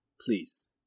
please